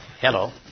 hello